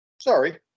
Sorry